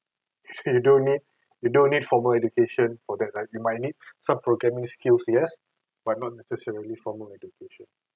you don't need you don't need formal education for that like you might need some programming skills yes but not necessarily formal education